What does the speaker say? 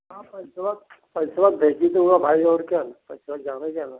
हाँ पैसा पैसा भेज दूँगा भाई और क्या पैसा तो जान ही जाना है